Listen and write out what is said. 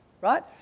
Right